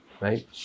Right